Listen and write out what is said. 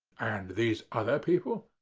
and these other people?